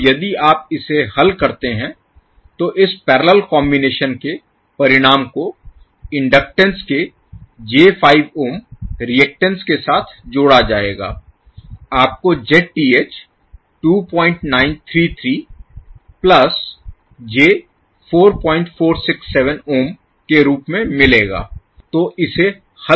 तो यदि आप इसे हल करते हैं तो इस पैरेलल कॉम्बिनेशन के परिणाम को इनडक्टेन्स के j5 ओम रिएक्टेंस के साथ जोड़ा जाएगा आपको Zth 2933 प्लस j 4467 ओम के रूप में मिलेगा